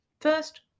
First